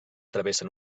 travessen